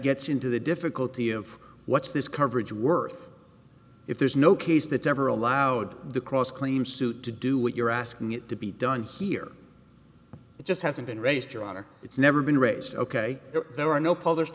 gets into the difficulty of what's this coverage worth if there's no case that's ever allowed the cross claims suit to do what you're asking it to be done here it just hasn't been raised your honor it's never been raised ok if there are no published